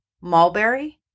mulberry